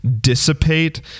dissipate